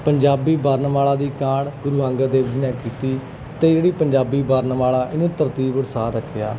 ਪੰਜਾਬੀ ਵਰਨਮਾਲਾ ਦੀ ਕਾਢ ਗੁਰੂ ਅੰਗਦ ਦੇਵ ਜੀ ਨੇ ਕੀਤੀ ਅਤੇ ਜਿਹੜੀ ਪੰਜਾਬੀ ਵਰਨਮਾਲਾ ਇਹਨੇ ਤਰਤੀਬ ਅਨੁਸਾਰ ਰੱਖਿਆ